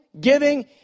giving